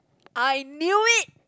I knew it